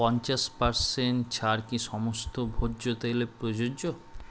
পঞ্চাশ পার্সেন্ট ছাড় কি সমস্ত ভোজ্য তেলে প্রযোজ্য